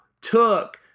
took